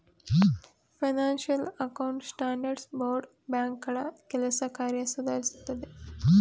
financial account standard board ಬ್ಯಾಂಕ್ಗಳ ಕೆಲಸ ಕಾರ್ಯ ಸುಧಾರಿಸುತ್ತದೆ